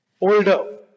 Older